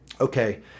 okay